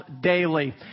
daily